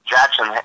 Jackson